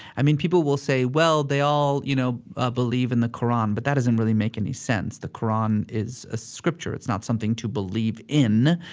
i mean, people will say, well, they all you know ah believe in the qur'an, but that doesn't really make any sense. the qur'an is a scripture. it's not something to believe in.